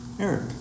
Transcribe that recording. Eric